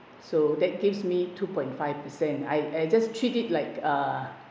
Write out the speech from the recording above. so that gives me two point five percent I I just treated like uh